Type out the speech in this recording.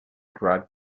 cried